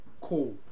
Cool